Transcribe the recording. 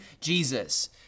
Jesus